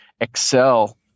excel